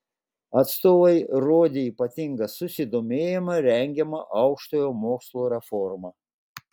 atstovai rodė ypatingą susidomėjimą rengiama aukštojo mokslo reforma